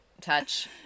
touch